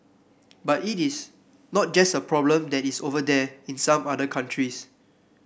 but it is not just a problem that is over there in some other countries